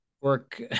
work